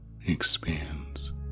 expands